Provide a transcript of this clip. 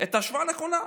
את ההשוואה הנכונה.